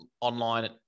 online